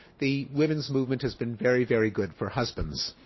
the women's movement has been very, very good for husbands.